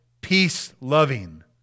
peace-loving